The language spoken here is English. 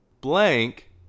blank